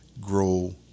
grow